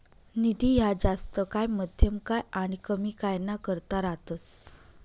निधी ह्या जास्त काय, मध्यम काय आनी कमी काय ना करता रातस